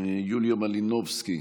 יוליה מלינובסקי,